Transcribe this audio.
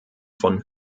von